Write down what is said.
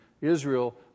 Israel